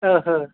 ओहो